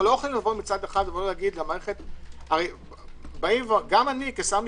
לא יכולים מצד אחד גם אני כשר משפטים,